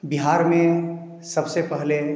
बिहार में सबसे पहले